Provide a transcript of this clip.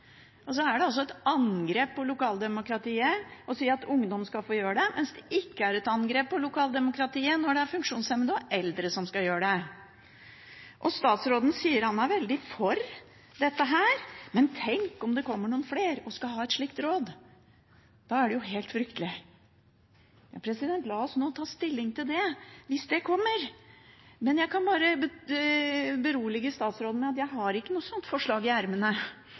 altså et angrep på lokaldemokratiet å si at ungdom skal få gjøre det, mens det ikke er et angrep på lokaldemokratiet når det er funksjonshemmede og eldre som skal gjøre det. Statsråden sier han er veldig for dette, men tenk om det kommer noen flere og skal ha et slikt råd – da er det jo helt fryktelig! La oss nå ta stilling til det hvis det kommer. Jeg kan berolige statsråden med at jeg ikke har noe slikt forslag i